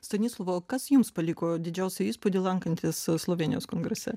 stanislovai o kas jums paliko didžiausią įspūdį lankantis slovėnijos kongrese